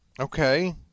Okay